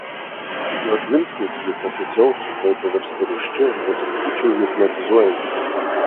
jos žvilgsnis lyg kokio dzeuso tuoj pavirsta rūsčiu ir sakyčiau hipnotizuojančiu